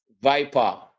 Viper